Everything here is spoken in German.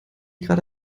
gerade